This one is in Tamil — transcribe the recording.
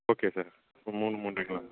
ஓகே சார் ஒரு மூணு மூன்றரைக்கிலாம்